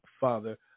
Father